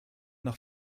nach